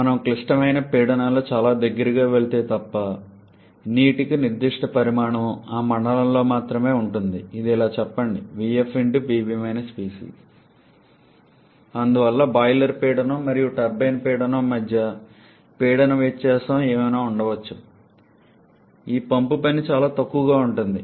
మనం క్లిష్టమైన పీడనానికి చాలా దగ్గరగా వెళితే తప్ప ద్రవ నీటికి నిర్దిష్ట పరిమాణము ఆ మండలంలో మాత్రమే ఉంటుంది ఇలా చెప్పండి అందువల్ల బాయిలర్ పీడనం మరియు టర్బైన్ పీడనం మధ్య పీడన వ్యత్యాసం ఏమైనా ఉండవచ్చు ఈ పంపు పని చాలా తక్కువగా ఉంటుంది